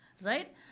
right